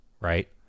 right